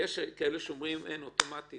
יש כאלה שאומרים שאין אוטומטית.